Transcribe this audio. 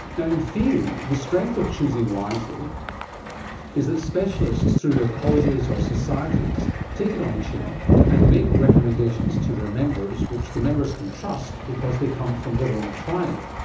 in theory, the strength of choosing wisely is that specialists through their colleges or societies take it on the chin and make recommendations to their members which the members can trust because they come from their own tribe.